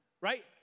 Right